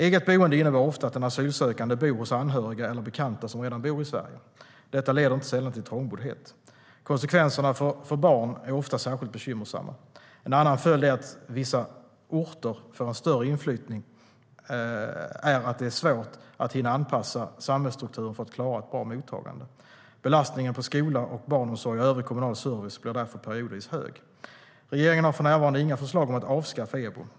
Eget boende innebär ofta att den asylsökande bor hos anhöriga eller bekanta som redan bor i Sverige. Detta leder inte sällan till trångboddhet. Konsekvenserna för barn är ofta särskilt bekymmersamma. En annan följd av att vissa orter får en större inflyttning är att det är svårt att hinna anpassa samhällsstrukturen för att klara ett bra mottagande. Belastningen på skola och barnomsorg och övrig kommunal service blir därför periodvis hög. Regeringen har för närvarande inga förslag om att avskaffa EBO.